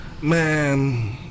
Man